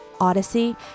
Odyssey